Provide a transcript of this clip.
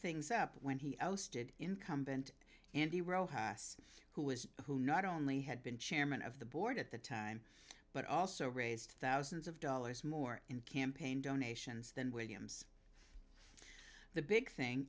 things up when he ousted incumbent andy rojas who was who not only had been chairman of the board at the time but also raised thousands of dollars more in campaign donations than williams the big thing